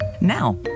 Now